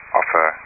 offer